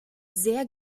sehr